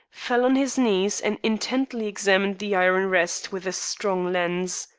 fell on his knees, and intently examined the iron rest with a strong lens.